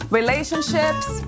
relationships